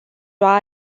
lua